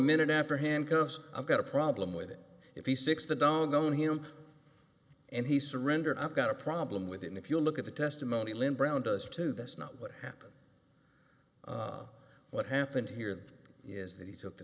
minute after handcuffs i've got a problem with it if he six the da known him and he surrendered i've got a problem with it if you look at the testimony lynn brown does too that's not what happened what happened here is that he took the